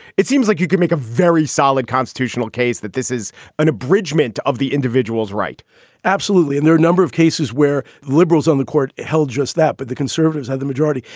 it seems like you could make a very solid constitutional case that this is an abridgement of the individual's right absolutely. and there are a number of cases where liberals on the court held just that. but the conservatives have the majority.